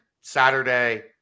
Saturday